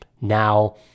Now